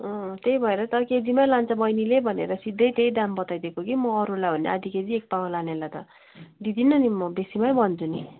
त्यही भएर त केजीमै लान्छ बहिनीले भनेर सिधै त्यही दाम बताइदिएको कि म अरूलाई हो भने आधी केजी एक पावा लानेलाई त दिँदिनँ नि मो बेसी नै भन्छु नि